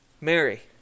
Mary